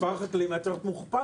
מספר החקלאים היה צריך להיות מוכפל,